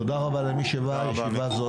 תודה רבה למי שבא, הישיבה הזו